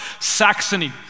Saxony